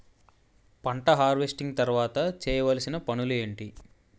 పంట హార్వెస్టింగ్ తర్వాత చేయవలసిన పనులు ఏంటి?